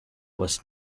was